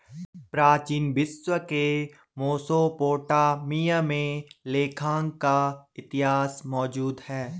प्राचीन विश्व के मेसोपोटामिया में लेखांकन का इतिहास मौजूद है